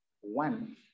One